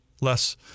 less